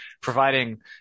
providing